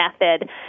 method